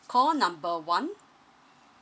call number one